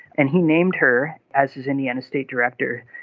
and he named her as his indiana state director.